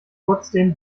trotzdem